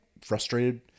frustrated